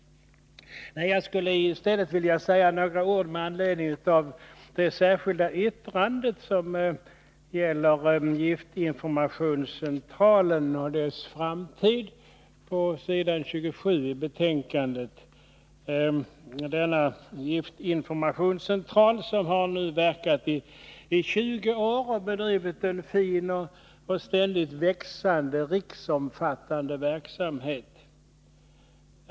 Jag skulle i stället vilja säga några ord med anledning av det särskilda yttrande som gäller giftinformationscentralen och dess framtid. Frågan tas upp på s. 27 i betänkandet. Denna giftinformationscentral har nu verkat i 20 år och har bedrivit en fin och ständigt växande riksomfattande verksamhet.